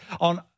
on